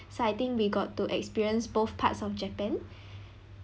so I think we got to experience both parts of japan